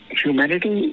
humanity